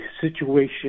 situation